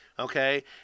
Okay